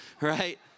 right